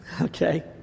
Okay